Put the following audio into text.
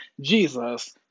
Jesus